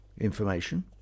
information